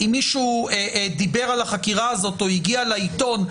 אם מישהו דיבר על החקירה הזאת או הגיע לעיתון,